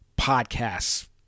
podcasts